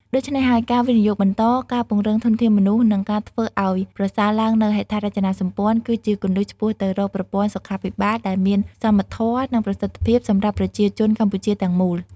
ដូច្នេះហើយ ការវិនិយោគបន្ត ការពង្រឹងធនធានមនុស្ស និងការធ្វើឱ្យប្រសើរឡើងនូវហេដ្ឋារចនាសម្ព័ន្ធ គឺជាគន្លឹះឆ្ពោះទៅរកប្រព័ន្ធសុខាភិបាលដែលមានសមធម៌ និងប្រសិទ្ធភាពសម្រាប់ប្រជាជនកម្ពុជាទាំងមូល។